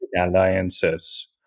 alliances